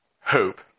Hope